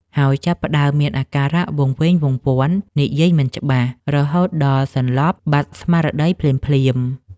ហើយចាប់ផ្តើមមានអាការៈវង្វេងវង្វាន់ និយាយមិនច្បាស់ រហូតដល់សន្លប់បាត់ស្មារតីភ្លាមៗ។